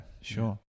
sure